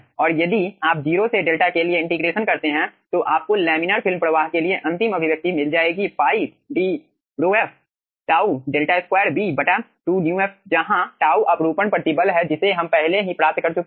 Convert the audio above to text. और यदि आप 0 से डेल्टा के लिए इंटीग्रेशन करते हैं तो आपको लैमिनर फिल्म प्रवाह के लिए अंतिम अभिव्यक्ति मिल जाएगी π d ρf τ 𝛿2 b 2 μ f जहां τ अपरूपण प्रतिबल है जिसे हम पहले ही प्राप्त कर चुके हैं